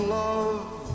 love